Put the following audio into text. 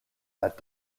that